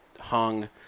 hung